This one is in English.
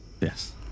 Yes